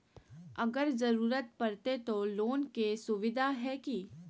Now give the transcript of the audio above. अगर जरूरत परते तो लोन के सुविधा है की?